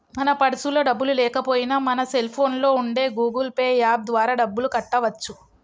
మన పర్సులో డబ్బులు లేకపోయినా మన సెల్ ఫోన్లో ఉండే గూగుల్ పే యాప్ ద్వారా డబ్బులు కట్టవచ్చు